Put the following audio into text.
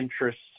interests